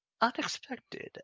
unexpected